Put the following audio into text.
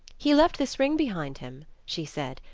he left this ring behind him, she said,